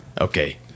Okay